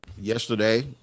Yesterday